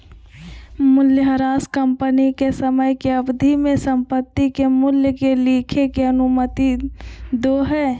मूल्यह्रास कंपनी के समय के अवधि में संपत्ति के मूल्य के लिखे के अनुमति दो हइ